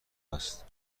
هست